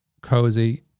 cozy